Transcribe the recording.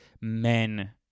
Men